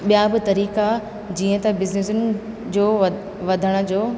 ॿिया बि तरीक़ा जीअं त बिज़नस जो वध वधण जो